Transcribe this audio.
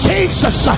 Jesus